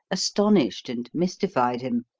astonished and mystified him.